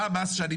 מה הוא המס?